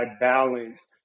balance